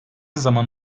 zaman